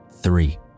Three